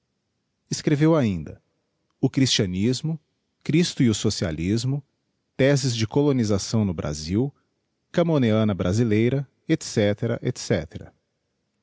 escreveu ainda o christianismo christo e o socialismo theses de colonisação no brasil camoneana brasileira